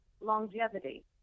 longevity